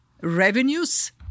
revenues